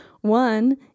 One